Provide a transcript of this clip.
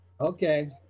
Okay